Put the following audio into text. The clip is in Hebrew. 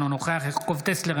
אינו נוכח יעקב טסלר,